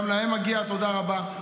גם להם מגיעה תודה רבה,